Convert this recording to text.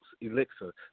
elixir